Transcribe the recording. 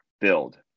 build